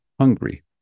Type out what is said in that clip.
hungry